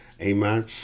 amen